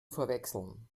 verwechseln